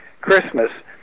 Christmas